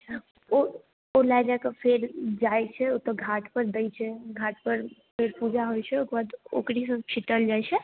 ओ ओ लए जाकऽ फेर जाइ छै ओतऽ घाटपर दै छै घाटपर फेर पूजा होइ छै ओइके बाद औङ्कुरी सभ छीटल जाइ छै